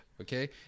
Okay